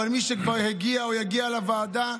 אבל מי שכבר הגיע או יגיע לוועדה,